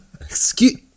Excuse